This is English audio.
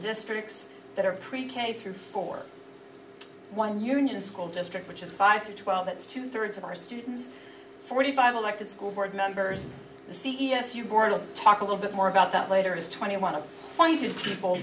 districts that are pre k through four one union school district which is five to twelve that's two thirds of our students forty five elected school board members the c s u board of talk a little bit more about that later is twenty i want to point to people